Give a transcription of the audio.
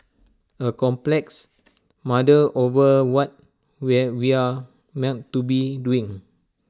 A complex muddle over what where we're meant to be doing